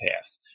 path